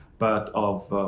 but of,